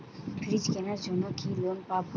Fridge কেনার জন্য কি লোন পাব?